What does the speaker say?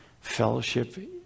fellowship